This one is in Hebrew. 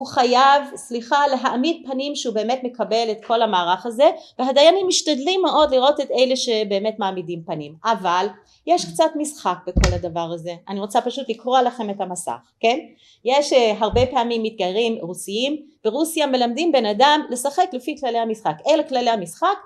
הוא חייב, סליחה, להעמיד פנים שהוא באמת מקבל את כל המערך הזה והדיינים משתדלים מאוד לראות את אלה שבאמת מעמידים פנים. אבל יש קצת משחק בכל הדבר הזה אני רוצה פשוט לקרוא לכם את המסך, כן? יש הרבה פעמים מתגיירים רוסיים, ברוסיה מלמדים בן אדם לשחק לפי כללי המשחק. אלה כללי המשחק